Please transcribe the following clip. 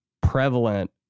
prevalent